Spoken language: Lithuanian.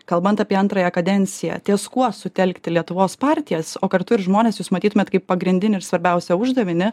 kalbant apie antrąją kadenciją ties kuo sutelkti lietuvos partijas o kartu ir žmones jūs matytumėt kaip pagrindinį ir svarbiausią uždavinį